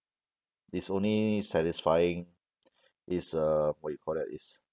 it's only satisfying is uh what you call that is